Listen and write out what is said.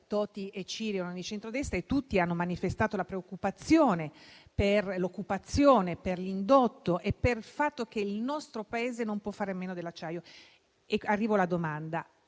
centrodestra) hanno manifestato la preoccupazione per l'occupazione, per l'indotto e per il fatto che il nostro Paese non può fare a meno dell'acciaio. Arrivo alla domanda: